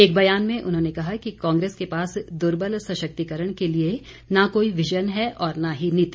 एक बयान में उन्होंने कहा कि कांग्रेस के पास दुर्बल सशक्तिकरण के लिए न कोई विजन है और न ही नीति